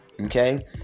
Okay